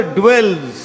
dwells